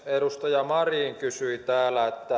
edustaja marin kysyi täällä